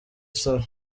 salon